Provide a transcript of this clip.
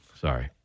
sorry